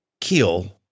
kill